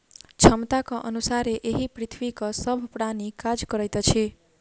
क्षमताक अनुसारे एहि पृथ्वीक सभ प्राणी काज करैत अछि